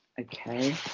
Okay